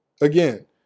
Again